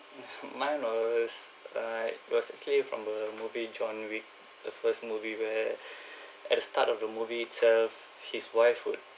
mine was err it was actually from the movie john wick the first movie where at the start of the movie itself his wife would